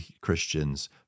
Christians